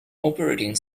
operating